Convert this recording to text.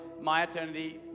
myEternity